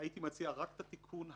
הייתי מציע רק את התיקון הקטן: